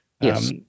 yes